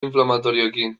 inflamatorioekin